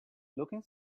looking